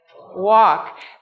walk